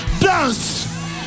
Dance